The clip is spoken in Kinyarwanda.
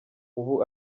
ubu